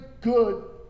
good